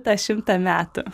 tą šimtą metų